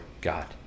God